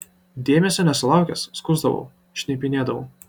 dėmesio nesulaukęs skųsdavau šnipinėdavau